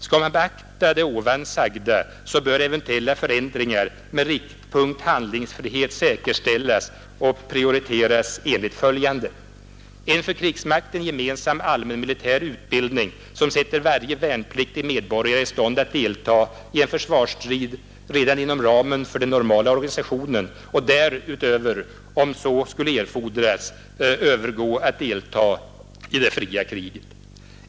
Skall man beakta det nu sagda bör eventuella förändringar med riktpunkt handlingsfrihet säkerställas och prioriteras enligt följande: En för krigsmakten gemensam allmänmilitär utbildning, som sätter varje värnpliktig medborgare i stånd att deltaga i en försvarsstrid redan inom ramen för den normala organisationen och därutöver, om så skulle erfordras, övergå att delta i det fria kriget.